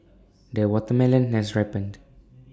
the watermelon has ripened